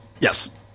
Yes